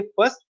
first